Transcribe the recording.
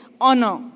honor